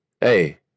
hey